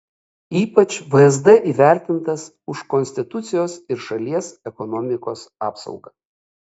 ypač vsd įvertintas už konstitucijos ir šalies ekonomikos apsaugą